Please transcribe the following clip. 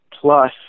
plus